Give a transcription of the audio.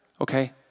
Okay